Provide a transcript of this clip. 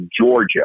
Georgia